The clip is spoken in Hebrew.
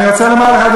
אני רוצה לומר לך,